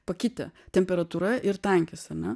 pakitę temperatūra ir tankis ane